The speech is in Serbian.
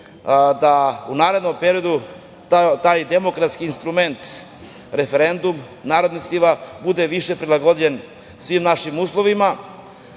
da u narednom periodu taj demokratski instrument referendum, narodna inicijativa, bude više prilagođen svim našim uslovima,